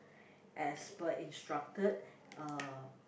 as per instructed uh